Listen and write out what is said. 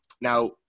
Now